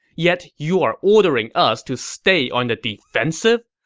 yet you're ordering us to stay on the defensive.